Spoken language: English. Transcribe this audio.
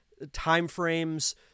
timeframes